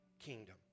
kingdom